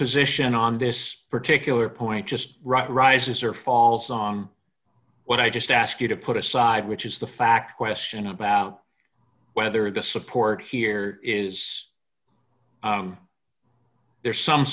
position on this particular point just rises or falls on what i just ask you to put aside which is the fact question about whether the support here is there some